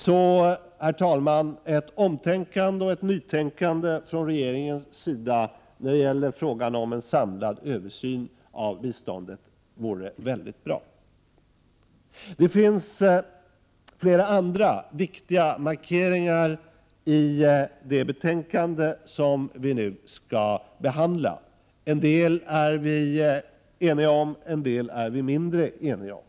Så, herr talman, ett omtänkande och ett nytänkande från regeringens sida i fråga om en samlad översyn av biståndet vore väldigt bra. Det finns flera andra viktiga markeringar i det betänkande som vi nu Prot. 1988/89:99 behandlar. En del är vi eniga om, en del är vi mindre eniga om.